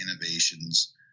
innovations